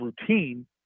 routine